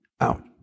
out